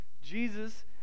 Jesus